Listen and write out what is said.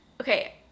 Okay